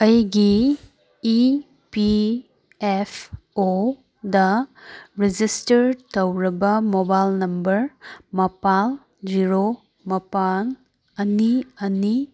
ꯑꯩꯒꯤ E P F ꯑꯣꯗ register ꯇꯧꯔꯕ ꯃꯣꯕꯥꯏꯜ ꯅꯝꯕꯔ ꯃꯄꯥꯜ ꯖꯤꯔꯣ ꯃꯄꯥꯜ ꯑꯅꯤ ꯑꯅꯤ